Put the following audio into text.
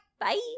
Bye